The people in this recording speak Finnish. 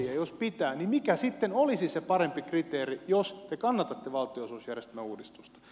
ja jos pitää niin mikä sitten olisi se parempi kriteeri jos te kannatatte valtionosuusjärjestelmän uudistusta